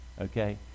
okay